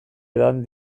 edan